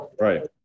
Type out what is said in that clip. Right